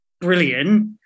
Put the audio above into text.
brilliant